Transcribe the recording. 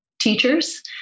teachers